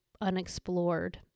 unexplored